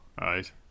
Right